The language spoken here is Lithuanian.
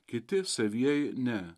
kiti savieji ne